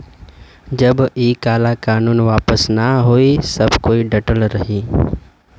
जब इ काला कानून वापस न होई सब कोई डटल रही